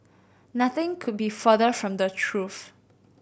nothing could be further from the truth